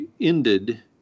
ended